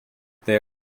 they